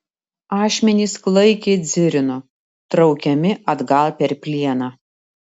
ašmenys klaikiai dzirino traukiami atgal per plieną